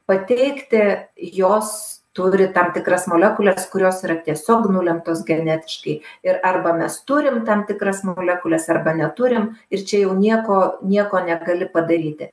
pateikti jos turi tam tikras molekules kurios yra tiesiog nulemtos genetiškai ir arba mes turim tam tikras molekules arba neturim ir čia jau nieko nieko negali padaryti